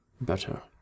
better